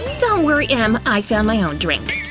don't worry, em, i found my own drink.